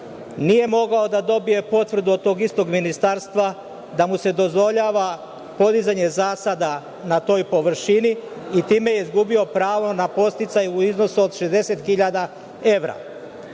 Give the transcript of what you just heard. nije mogao da dobije potvrdu od tog istog ministarstva da mu se dozvoljava podizanje zasada na toj površini i time je izgubio pravo na podsticaje u iznosu od 60.000